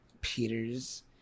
Peter's